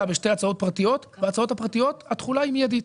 בשתי הצעות פרטיות ובהצעות הפרטיות התחולה היא מיידית.